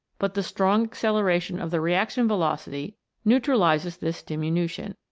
but the strong acceleration of the reaction velocity neutralises this diminution.